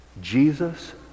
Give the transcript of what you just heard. jesus